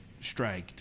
striked